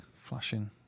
flashing